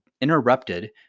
interrupted